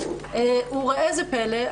וראה זה פלא,